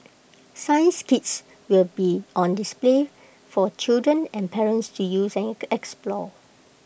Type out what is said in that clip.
science kits will be on display for children and parents to use and explore